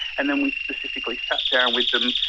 and then we specifically sat down with them,